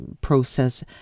process